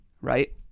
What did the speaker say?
right